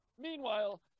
Meanwhile